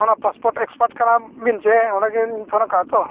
ᱚᱱᱟ ᱠᱟᱱᱟᱵᱤᱱ ᱪᱮ ᱚᱸᱰᱮ ᱜᱮᱞᱤᱧ ᱟᱠᱟᱫᱼᱟ ᱛᱳ